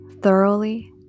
thoroughly